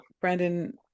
Brandon